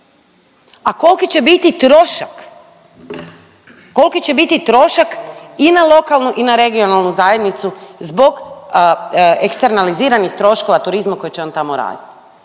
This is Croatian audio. koliki će biti trošak i na lokalnu i na regionalnu zajednicu zbog eksternaliziranih troškova turizma koje će on tamo raditi.